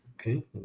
Okay